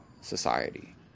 society